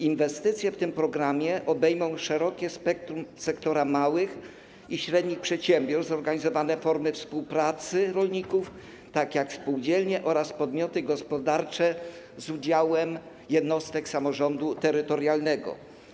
Inwestycje w tym programie obejmą szerokie spektrum sektora małych i średnich przedsiębiorstw, zorganizowane formy współpracy rolników, spółdzielnie oraz podmioty gospodarcze z udziałem jednostek samorządu terytorialnego.